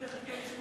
שלוש דקות לרשות